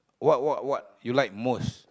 what what what you like most